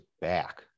back